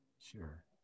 Sure